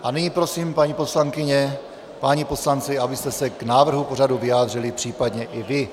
A nyní prosím, paní poslankyně, páni poslanci, abyste se k návrhu pořadu vyjádřili případně i vy.